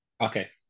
Okay